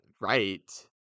right